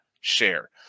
share